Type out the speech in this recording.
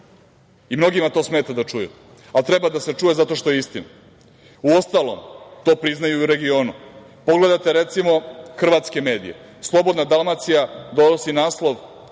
bila. Mnogima to smeta da čuju, ali treba da se čuje zato što je istina. Uostalom, to priznaju i u regionu. Pogledajte recimo hrvatske medije. „Slobodna Dalmacija“ donosi naslov